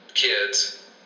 Kids